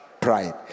Pride